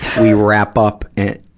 we wrap up and,